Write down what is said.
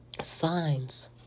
signs